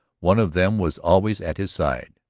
one of them was always at his side.